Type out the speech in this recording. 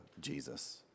Jesus